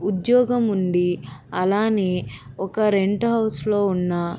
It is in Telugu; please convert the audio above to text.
ఉద్యోగం ఉండి అలాగే ఒక రెంట్ హౌస్లో ఉన్న